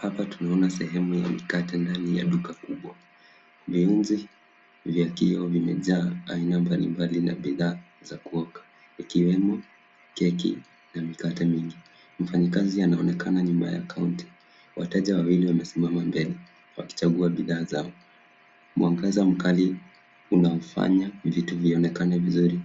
Hapa tunaona sehemu ya mikate ndani ya duka kubwa . Viunzi vya kioo vimejaa aina mbalimbali na bidhaa za kuoka ikiwemo keki na mikate mingi. Mfanyikazi anaonekana nyuma ya kaunta. Wateja wawili wamesimama mbele wakichagua bidhaa zao. Mwangaza mkali unafanya vitu vionekane vizuri